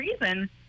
reason